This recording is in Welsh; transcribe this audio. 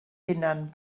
hunan